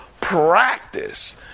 practice